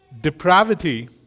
depravity